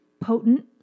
potent